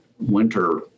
winter